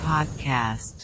Podcast